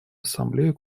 ассамблею